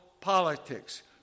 politics